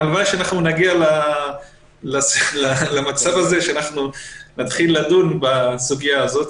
הלוואי שאנחנו נגיע למצב הזה שנתחיל לדון בסוגיה הזאת,